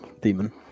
demon